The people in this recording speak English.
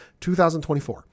2024